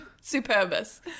superbus